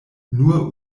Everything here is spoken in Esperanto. nur